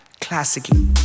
classically